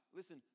Listen